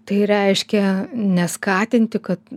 tai reiškia neskatinti kad